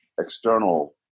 external